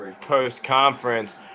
post-conference